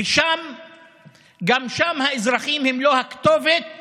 וגם שם האזרחים הם לא הכתובת